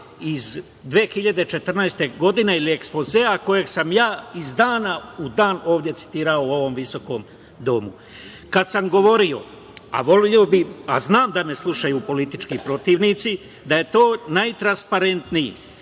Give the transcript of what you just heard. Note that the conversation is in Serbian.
iz 2014. godine ili ekspozea koji sam ja iz dan u dan ovde citirao u ovom Visokom domu. Znam da me slušaju politički protivnici, to je najtransparentniji,